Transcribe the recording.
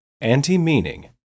anti-meaning